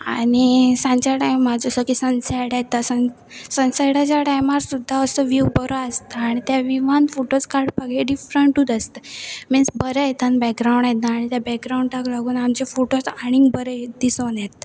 आनी सांच्या टायमार जसो की सनसेट येता सन सनसेटाच्या टायमार सुद्दा असो व्यीव बरो आसता आनी त्या व्यीवान फोटोज काडपाके डिफरंटूच आसता मिन्स बरें येतता बॅकग्रावंड येता आनी त्या बॅकग्राावंडाक लागून आमचे फोटोज आनीक बरे दिसून येतता